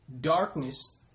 Darkness